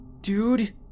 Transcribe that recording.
Dude